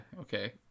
okay